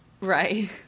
Right